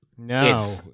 No